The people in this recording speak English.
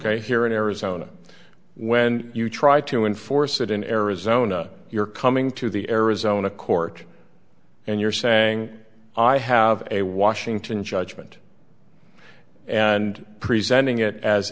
here in arizona when you try to enforce it in arizona you're coming to the arizona court and you're saying i have a washington judgment and presenting it as